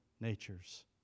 natures